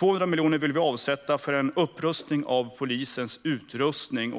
Vi vill avsätta 200 miljoner för en upprustning av polisens utrustning.